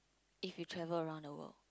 if you travel around the world